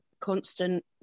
constant